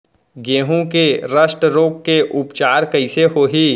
गेहूँ के रस्ट रोग के उपचार कइसे होही?